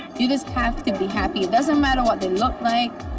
you just have to be happy. doesn't matter what they look like,